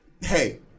hey